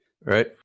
Right